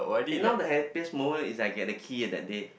eh now the happiest moment is I get the key eh that day